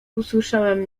usłyszałem